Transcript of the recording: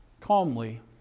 calmly